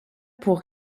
pour